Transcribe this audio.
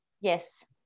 Yes